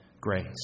grace